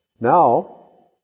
now